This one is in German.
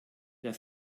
der